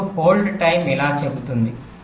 ఇప్పుడు hold time ఇలా చెపుతుంది